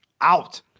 out